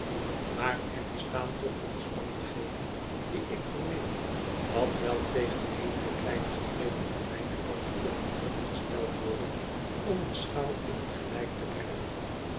maar er bestaan toch omstandigheden die ik vermeen dat wel tegen eenige kleine gebreken aan mijn kant kunnen overgesteld worden om de schaal in het gelijk te brengen